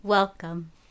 Welcome